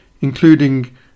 including